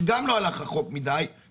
שגם לא הלך רחוק מספיק,